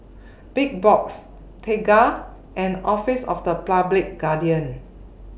Big Box Tengah and Office of The Public Guardian